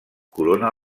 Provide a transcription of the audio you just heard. corona